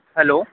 hello